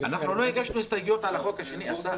אנחנו לא הגשנו הסתייגויות על החוק השני, אסף.